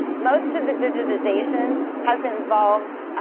most of the digitization has involved